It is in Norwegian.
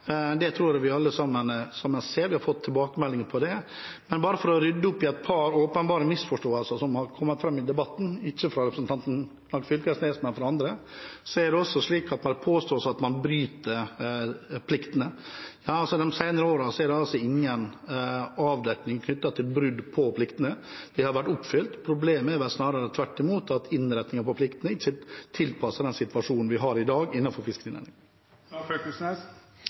Det tror jeg vi alle sammen ser – vi har fått tilbakemeldinger på det. Men bare for å rydde opp i et par åpenbare misforståelser som har kommet fram i debatten – ikke fra representanten Knag Fylkesnes, men fra andre – når det påstås at man bryter pliktene: De senere årene er det ingen avdekning knyttet til brudd på pliktene. De har vært oppfylt. Problemet er vel snarere tvert imot at innretningen på pliktene ikke er tilpasset den situasjonen vi har i dag